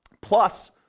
plus